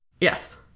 Yes